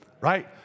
right